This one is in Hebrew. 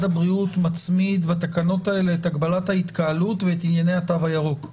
הבריאות מצמיד בתקנות האלה את הגבלת ההתקהלות ואת ענייני התו הירוק.